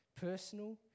personal